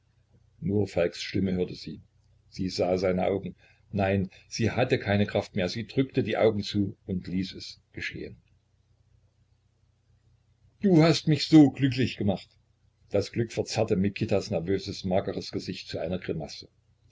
nur falks stimme hörte sie sie sah seine augen nein sie hatte keine kraft mehr sie drückte die augen zu und ließ es geschehen du hast mich so glücklich gemacht das glück verzerrte mikitas nervöses mageres gesicht zu einer grimasse